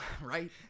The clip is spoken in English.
Right